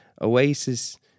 Oasis